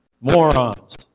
Morons